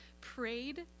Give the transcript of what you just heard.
prayed